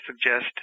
suggest